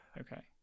Okay